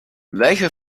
welche